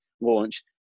launch